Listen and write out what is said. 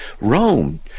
Rome